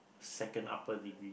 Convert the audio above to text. second upper degree